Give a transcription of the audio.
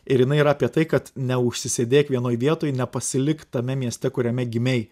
ir jinai yra apie tai kad neužsisėdėk vienoj vietoj nepasilik tame mieste kuriame gimei